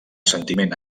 sentiment